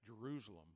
Jerusalem